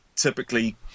Typically